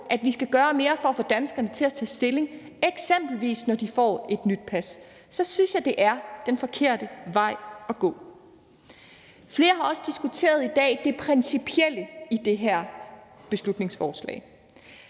at vi skal gøre mere for at få danskerne til at tage stilling, eksempelvis når de får et nyt pas, så synes jeg, det er den forkerte vej at gå. Flere har i dag også diskuteret det principielle i det her beslutningsforslag.